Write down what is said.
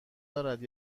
دارد